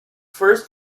first